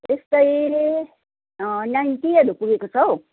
यस्तै नाइन्टीहरू पुगेको छ हौ